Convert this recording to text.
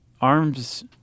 arms